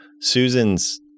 Susan's